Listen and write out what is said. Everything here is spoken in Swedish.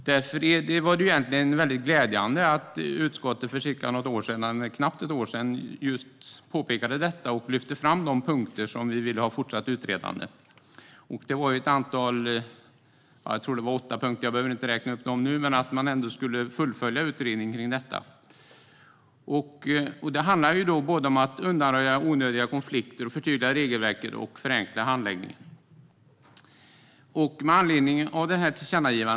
Därför var det egentligen väldigt glädjande att utskottet för knappt ett år sedan påpekade detta och lyfte fram de punkter som vi ville ha fortsatt utredda. Jag tror att det var åtta punkter, och jag behöver inte räkna upp dem nu, men det handlade om att man ändå skulle fullfölja utredningen kring detta. Det handlar både om att undanröja onödiga konflikter, förtydliga regelverket och förenkla handläggningen.